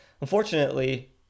unfortunately